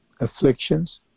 afflictions